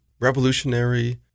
Revolutionary